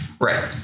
Right